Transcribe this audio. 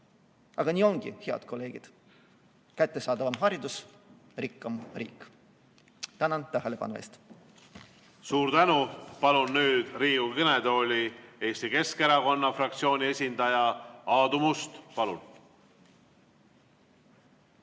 Aga nii ongi, head kolleegid: kättesaadavam haridus, rikkam riik. Tänan tähelepanu eest! Suur tänu! Palun nüüd Riigikogu kõnetooli Eesti Keskerakonna fraktsiooni esindaja Aadu Musta.